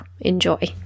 Enjoy